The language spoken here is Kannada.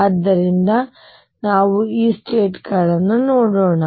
ಆದ್ದರಿಂದ ನಾವು ಈ ಸ್ಟೇಟ್ ಗಳನ್ನು ಮಾಡೋಣ